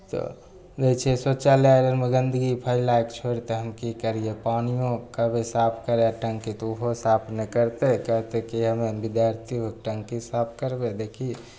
तऽ देखै छी शौचालय आरमे गन्दगी फैलैके छोड़ि दै हँ हम कि करिए पानिओ कहबै साफ करै टन्की तऽ ओहो साफ नहि करतै कहतै कि हमे विद्यार्थी होके टन्की साफ करबै देखही